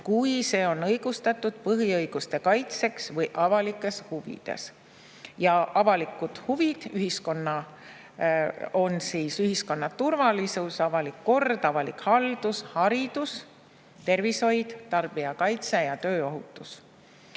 kui see on õigustatud põhiõiguste kaitseks või avalikes huvides. Ja avalikud huvid on ühiskonna turvalisus, avalik kord, avalik haldus, haridus, tervishoid, tarbijakaitse ja tööohutus."